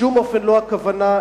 בשום אופן לא הכוונה.